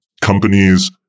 companies